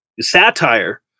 satire